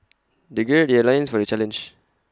they gird their loins for the challenge